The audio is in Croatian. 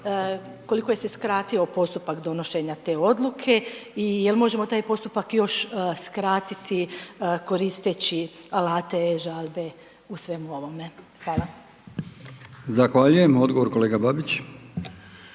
koliko je se skratio postupak donošenja te odluke i je li možemo taj postupak još skratiti koristeći alate e-žalbe u svemu ovome. Hvala. **Brkić, Milijan (HDZ)** Zahvaljujem. Odgovor kolega Babić.